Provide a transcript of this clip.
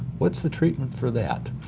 what's the treatment for that?